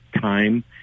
time